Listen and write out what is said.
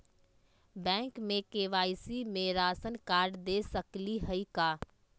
Bank में KYC में ration card दे सकली हई का?